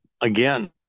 Again